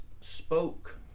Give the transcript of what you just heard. spoke